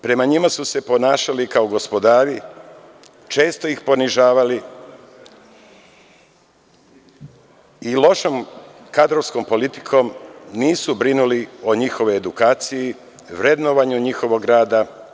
Prema njima su se ponašali kao gospodari, često ih ponižavali, i lošom kadrovskom politikom nisu brinuli o njihovoj edukaciji, vrednovanju njihovog rada.